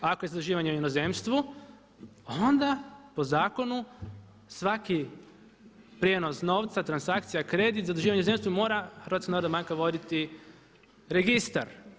A ako je zaduživanje u inozemstvu onda po zakonu svaki prijenos novca, transakcija, kredit, zaduživanje u inozemstvu mora HNB voditi registar.